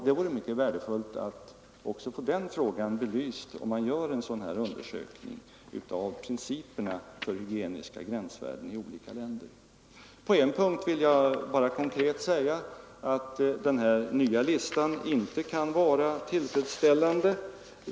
Det vore mycket värdefullt att också få den frågan belyst, om man gör en sådan här undersökning av principerna för hygieniska gränsvärden i olika länder. På en punkt vill jag konkret säga att den nya listan inte är tillfredsställande.